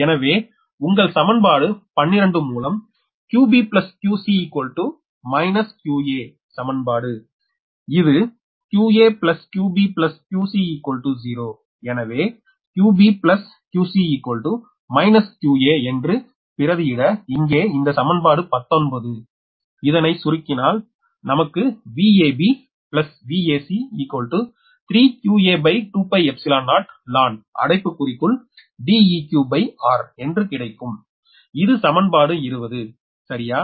எனவே உங்கள் சமன்பாடு 12 மூலம் 𝑞𝑏𝑞𝑐 −𝑞𝑎 சமன்பாடு இது 𝑞𝑎𝑞𝑏𝑞𝑐0 எனவே 𝑞𝑏𝑞𝑐−𝑞𝑎 என்று பிரதியிட இங்கே இந்த சமன்பாடு 19 இதனை சுருக்கினால் நமக்கு Vab Vac 3qa20ln அடைப்புக்குறிக்குள்Deqrஎன்று கிடைக்கும் இது சமன்பாடு 20 சரியா